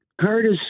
Curtis